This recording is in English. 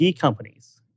companies